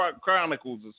Chronicles